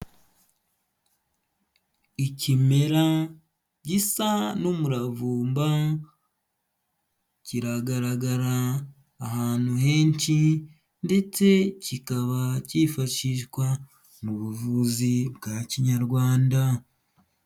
Ikimera gisa n'umuravumba, kigaragara ahantu henshi ndetse kikaba cyifashishwa mu buvuzi bwa kinyarwanda.